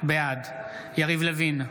בעד יריב לוין,